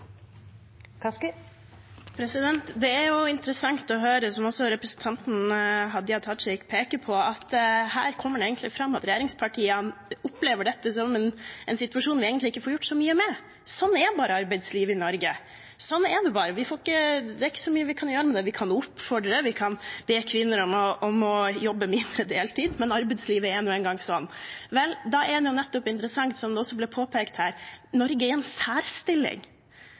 interessant å høre, som også representanten Hadia Tajik peker på, at her kommer det egentlig fram at regjeringspartiene opplever dette som en situasjon vi egentlig ikke får gjort så mye med. Sånn er bare arbeidslivet i Norge. Sånn er det bare – det er ikke så mye vi kan gjøre med det. Vi kan oppfordre, vi kan be kvinner om å jobbe mindre deltid, men arbeidslivet er nå engang sånn. Da er det nettopp interessant, som det også ble påpekt her, at Norge er i en særstilling.